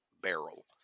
barrel